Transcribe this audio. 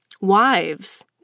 wives